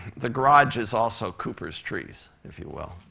the garage is also cooper's trees, if you will.